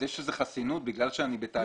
יש איזו חסינות בגלל שאני בתהליך?